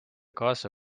kaasa